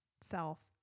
self